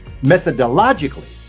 methodologically